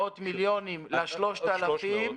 ואנחנו צריכים מאות מיליונים ל-3,000 נוספים.